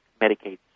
Medicaid